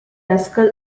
basal